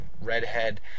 redhead